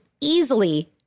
easily